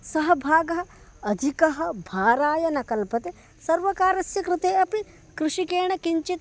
सः भागः अधिकः भाराय न कल्पते सर्वकारस्य कृते अपि कृषिकेण किञ्चित्